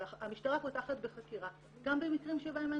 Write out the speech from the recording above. אבל המשטרה פותחת בחקירה גם במקרים שבהם אין